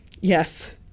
Yes